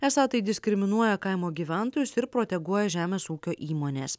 esą tai diskriminuoja kaimo gyventojus ir proteguoja žemės ūkio įmones